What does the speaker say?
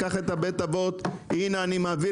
קח את בית האבות.